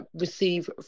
receive